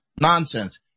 nonsense